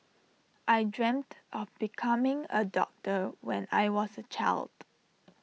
I dreamt of becoming A doctor when I was A child